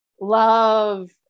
love